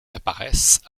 apparaissent